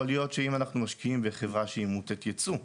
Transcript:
להיות שאם אנחנו משקיעים בחברה שהיא מוטת יצוא,